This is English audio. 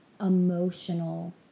emotional